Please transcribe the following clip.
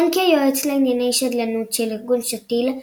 כיהן כיועץ לענייני שדלנות של ארגון שתיל,